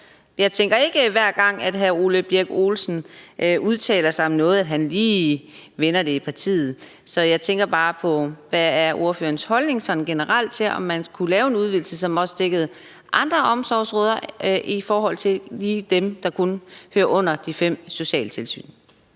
Jeg tænker ikke, at hr. Ole Birk Olesen, hver gang han udtaler sig om noget, lige vender det i partiet. Jeg tænker på: Hvad er ordførerens holdning sådan generelt til, at man kunne lave en udvidelse, så det også dækker andre omsorgsområdet end lige dem, der hører under de fem socialtilsyn?